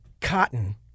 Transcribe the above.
Cotton